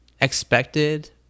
expected